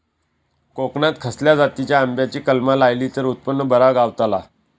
कोकणात खसल्या जातीच्या आंब्याची कलमा लायली तर उत्पन बरा गावताला?